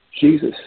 Jesus